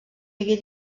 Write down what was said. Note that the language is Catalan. hagué